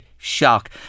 Shock